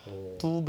oh